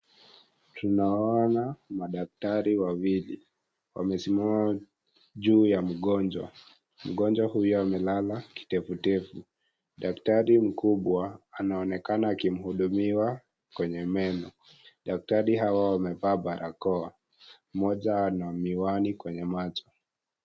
Tunaona madaktari wawili wamesimama juu ya mgonjwa. Mgonjwa huyu amelala kitevutevu. Daktari mkubwa anaonekana akimhudumia kwenye meno. Madaktari hawa wamevaa barakoa. Mmoja ana miwani kwenye macho.